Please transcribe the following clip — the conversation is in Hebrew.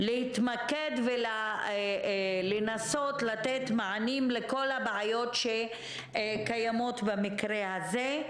להתמקד ולנסות לתת מענים לכל הבעיות שקיימות במקרה הזה.